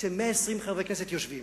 כש-120 חברי כנסת יושבים.